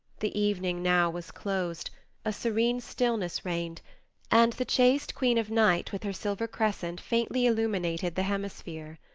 the evening now was closed a serene stillness reigned and the chaste queen of night with her silver crescent faintly illuminated the hemisphere.